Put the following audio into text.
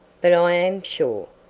but i am sure.